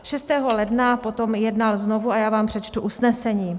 6. ledna potom jednal znovu a já vám přečtu usnesení.